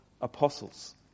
apostles